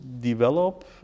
develop